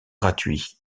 gratuit